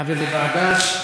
להעביר לוועדה?